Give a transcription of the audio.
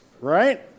right